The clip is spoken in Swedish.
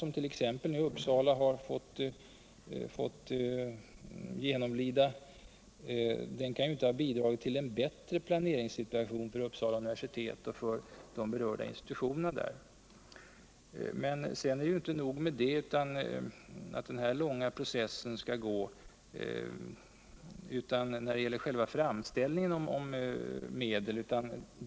som Uppsala universitet nu fått genomlida, ha bidragit till en bättre planeringssituation för Uppsala universitet och för de berörda — Nr 150 institutionerna där. Onsdagen den Men inte nog med den långa, byråkratiska process som institutioner och 24 maj 1978 högskolor genomlider i samband med framställning om viterligare medel för det fria området.